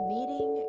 Meeting